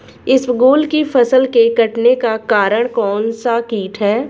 इसबगोल की फसल के कटने का कारण कौनसा कीट है?